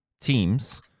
teams